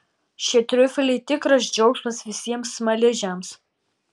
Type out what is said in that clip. šie triufeliai tikras džiaugsmas visiems smaližiams